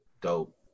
dope